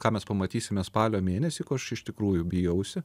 ką mes pamatysime spalio mėnesį ko aš iš tikrųjų bijausi